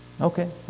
Okay